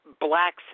blacks